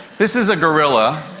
this is a gorilla